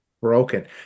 broken